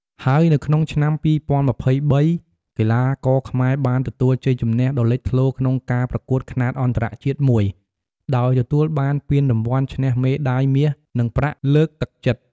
ហើយនៅក្នុងឆ្នាំ ២០២៣ កីឡាករខ្មែរបានទទួលជ័យជំនះដ៏លេចធ្លោក្នុងការប្រកួតខ្នាតអន្តរជាតិមួយ ដោយទទួលបានពានរង្វាន់ឈ្នះមេដាយមាសនិងប្រាក់លើកទឹកចិត្ត។